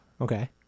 Okay